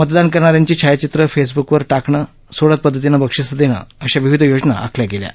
मतदान करणाऱ्यांची छायाचित्रं फेसब्रुकवर टाकणं सोडत पद्धतीने बक्षिसं देणं अशा विविध योजना आखल्या आहेत